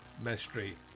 mystery